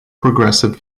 progressive